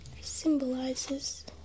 symbolizes